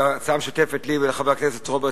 היא הצעה משותפת לי ולחבר הכנסת רוברט